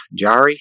Jari